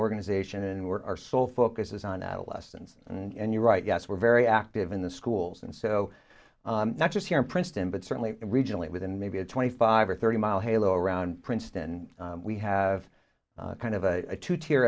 organization and we're our sole focus is on adolescents and you're right yes we're very active in the schools and so not just here in princeton but certainly regionally within maybe a twenty five or thirty mile halo around princeton we have kind of a two tier